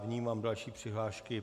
Vnímám další přihlášky.